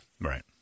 Right